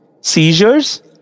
seizures